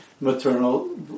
maternal